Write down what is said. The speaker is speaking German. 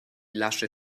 lasche